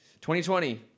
2020